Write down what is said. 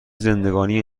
زندگانی